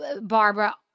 Barbara